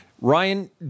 Ryan